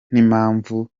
n’impamvu